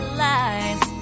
lies